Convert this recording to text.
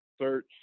search